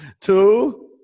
Two